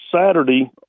Saturday